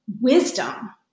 wisdom